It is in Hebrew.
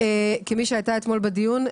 כמי שהייתה אתמול בדיון,